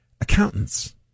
accountants